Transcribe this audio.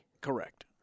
Correct